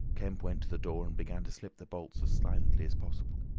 kemp went to the door and began to slip the bolts as silently as possible.